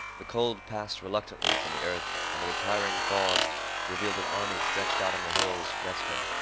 the cold passed reluctantly from the earth, and the retiring fogs revealed an army stretched out on the hills, resting.